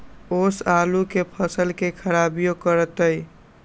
ओस आलू के फसल के खराबियों करतै?